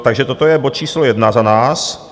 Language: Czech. Takže toto je bod číslo 1 za nás.